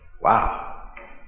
Wow